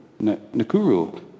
Nakuru